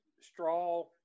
Straw